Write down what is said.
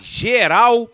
geral